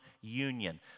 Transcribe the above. union